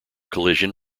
collision